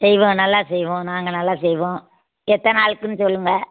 செய்வோங்க நல்லா செய்வோம் நாங்கள் நல்லா செய்வோம் எத்தனை ஆளுக்குன்னு சொல்லுங்கள்